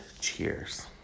cheers